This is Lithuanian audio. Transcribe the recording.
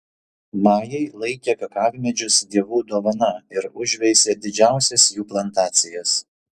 majai laikė kakavmedžius dievų dovana ir užveisė didžiausias jų plantacijas